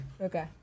Okay